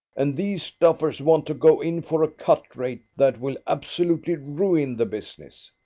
and these duffers want to go in for a cut rate that will absolutely ruin the business.